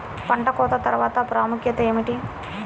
పంట కోత తర్వాత ప్రాముఖ్యత ఏమిటీ?